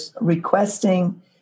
requesting